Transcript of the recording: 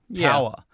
power